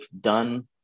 done